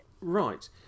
Right